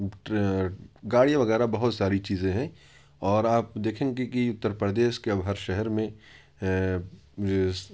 گاڑی وغیرہ بہت ساری چیزیں ہیں اور آپ دیکھیں گے کہ اتر پردیش کے اب ہر شہر میں